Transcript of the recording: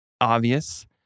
obvious